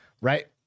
Right